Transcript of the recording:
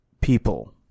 people